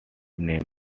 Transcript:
named